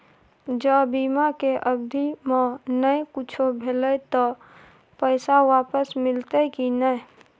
ज बीमा के अवधि म नय कुछो भेल त पैसा वापस मिलते की नय?